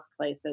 workplaces